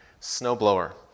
snowblower